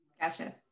Gotcha